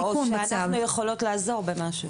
אולי אנחנו יכולות לעזור במשהו.